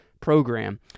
program